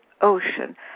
ocean